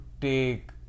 take